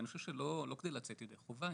ואני חושב שלא כדי לצאת ידי חובה,